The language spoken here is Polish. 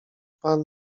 pan